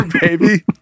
baby